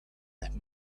that